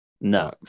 No